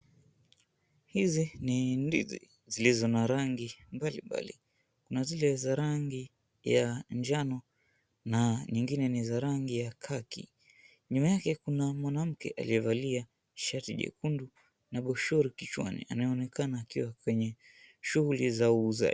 Hizi ni ndizi zilizo na rangi mbalimbali ,kuna zile za rangi ya njano na nyingine ni za rangi ya khaki , nyuma yake kuna mwanamke aliyevalia shati jekundu na boshori kichwani anaonekana akiwa kwenye shughuli za uzaji.